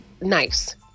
nice